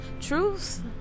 Truth